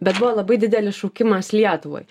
bet buvo labai didelis šaukimas lietuvai